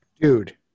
dude